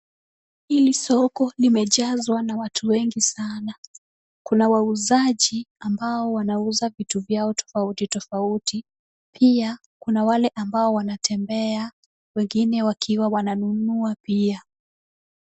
Hili soko limejazwa na watu wengi sana. Kuna wauzaji ambao wanauza vitu vyao tofauti tofauti, pia kuna wale ambao wanatembea, wengine wakiwa wananunua pia.